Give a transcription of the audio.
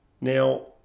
Now